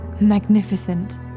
Magnificent